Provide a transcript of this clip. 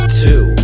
two